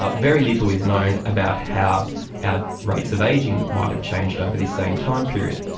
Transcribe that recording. ah very little is known about how our rates of ageing might have changed over this same time period.